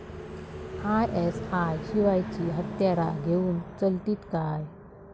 ISI शिवायची हत्यारा घेऊन चलतीत काय?